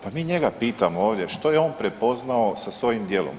Pa mi njega pitamo ovdje što je on prepoznao sa svojim djelom?